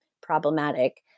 problematic